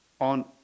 on